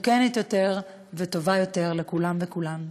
מתוקנת יותר וטובה יותר לכולם וכולן.